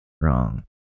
wrong